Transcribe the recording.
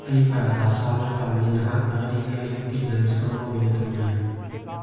ꯑꯩ ꯄꯔꯥꯊꯥ ꯆꯥꯕ ꯄꯥꯝꯃꯤ ꯃꯍꯥꯛꯅ ꯑꯩꯒꯤ ꯑꯌꯨꯛꯀꯤ ꯂꯟꯁ ꯑꯃ ꯑꯣꯏꯅ ꯇꯧꯕꯤꯌꯨ